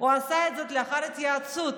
הוא עשה את זאת לאחר התייעצות